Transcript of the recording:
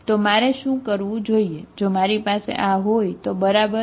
તો મારે શું કહેવું જોઈએ જો મારી પાસે આ હોય તો બરાબર